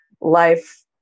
life